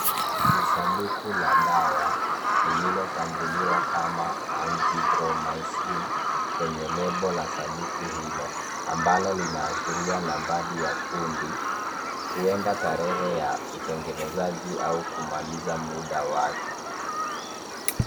Ni sanduku la dawa lililotambuliwa kama anzithromycin, kwenye lebo la sanduku hilo, ambalo linaashiria nambari ya kundi, huenda tarehe ya utengenezaji au kumaliza muda wake.